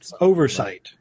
Oversight